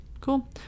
Cool